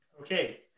Okay